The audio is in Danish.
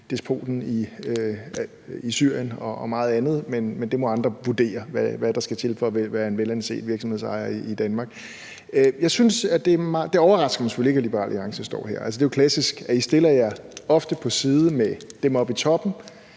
despoten i Syrien og meget andet, men der må andre vurdere, hvad der skal til for at være en velanset virksomhedsejer i Danmark. Det overrasker mig selvfølgelig ikke, at Liberal Alliance står her. Altså, det er jo klassisk. I stiller jer ofte på samme side som dem oppe i toppen